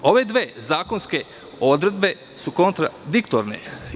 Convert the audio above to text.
Ove dve zakonske odredbe su kontradiktorne.